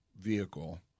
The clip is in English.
vehicle